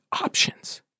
options